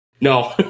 No